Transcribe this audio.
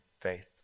faith